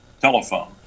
telephone